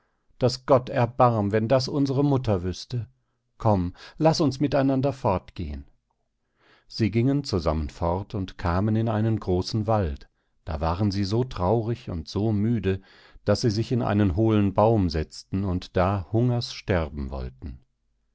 daß gott erbarm wenn das unsere mutter wüßte komm laß uns miteinander fortgehen sie gingen zusammen fort und kamen in einen großen wald da waren sie so traurig und so müde daß sie sich in einen hohlen baum setzten und da hungers sterben wollten